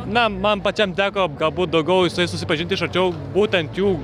na man pačiam teko galbūt daugiau jisai susipažinti iš arčiau būtent jų